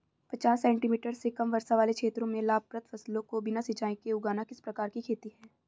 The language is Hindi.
पचास सेंटीमीटर से कम वर्षा वाले क्षेत्रों में लाभप्रद फसलों को बिना सिंचाई के उगाना किस प्रकार की खेती है?